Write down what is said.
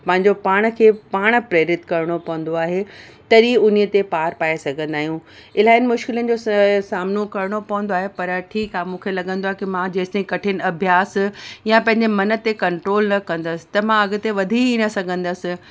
पंहिंजो पाण खे पाण प्रेरित करिणो पवंदो आहे तॾहिं उन ते पार पाए सघंदा आहियूं इलाही मुश्किलियुनि जो स सामिनो करिणो पवंदो आहे पर ठीकु आहे मूंखे लॻंदो आहे की मां जेसि ताईं कठिन अभ्यास या पंहिंजे मन ते कंट्रोल न कंदसि त मां अॻिते वधी ई न सघंदसि